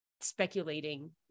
speculating